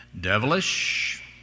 devilish